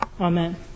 Amen